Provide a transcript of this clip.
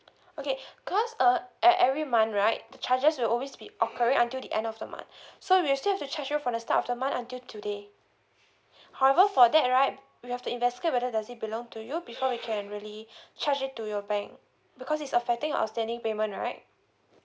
okay cause uh at every month right the charges will always be occurring until the end of the month so we'll still have to charge you for the start of the month until today however for that right we have to investigate whether does it belong to you before we can really charge it to your bank because it's affecting outstanding payment right